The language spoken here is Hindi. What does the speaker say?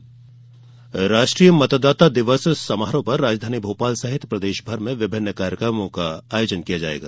मतदाता दिवस राष्ट्रीय मतदाता दिवस समारोह पर राजधानी भोपाल सहित प्रदेश में विभिन्न कार्यक्रमों का आयोजन किया जायेगा